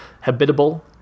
habitable